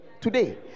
today